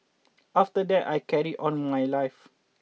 after that I carried on my life